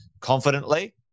confidently